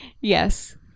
yes